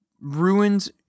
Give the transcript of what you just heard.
ruins